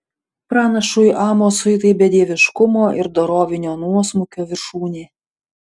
pranašui amosui tai bedieviškumo ir dorovinio nuosmukio viršūnė